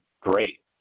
great